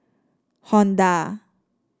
honda